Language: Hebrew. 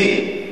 מי?